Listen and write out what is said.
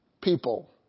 people